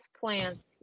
plants